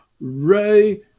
Ray